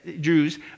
Jews